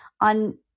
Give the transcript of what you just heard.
on